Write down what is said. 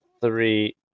three